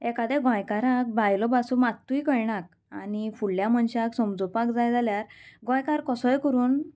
एकाद्या गोंयकाराक भायलो भासो मात्तूय कळनात आनी फुडल्या मनशाक समजोवपाक जाय जाल्यार गोंयकार कसोय करून